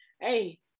hey